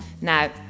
Now